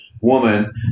woman